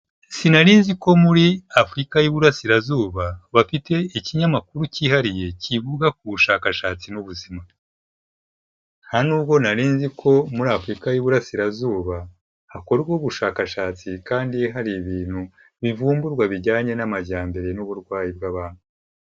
Sinari nzi ko muri Afurika y'Iburasirazuba, bafite Ikinyamakuru kihariye kivuga ku bushakashatsi n'ubuzima, nta n'ubwo nari nzi ko muri Afurika y'Iburasirazuba hakorwaho ubushakashatsi kandi hari ibintu bivumburwa bijyanye n'amajyambere n'uburwayi bw'abantu.